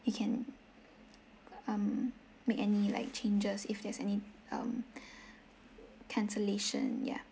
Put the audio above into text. you can um make any like changes if there is any um cancellation ya